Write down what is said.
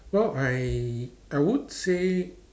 well I I would say